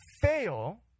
fail